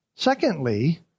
Secondly